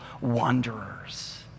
wanderers